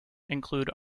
include